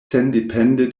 sendepende